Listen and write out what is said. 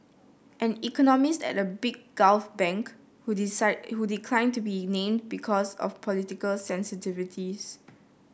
an economist at a big Gulf bank who decided who declined to be named because of political sensitivities